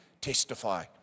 testify